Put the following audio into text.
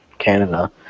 Canada